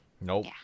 Nope